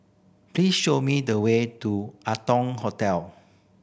please show me the way to Arton Hotel